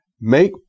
make